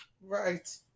Right